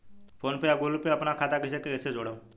PhonePe या Google Pay पर अपना खाता के कईसे जोड़म?